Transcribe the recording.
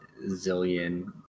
zillion